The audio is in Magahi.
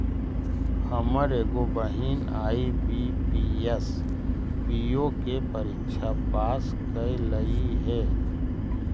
हमर एगो बहिन आई.बी.पी.एस, पी.ओ के परीक्षा पास कयलइ हे